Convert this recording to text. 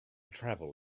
travel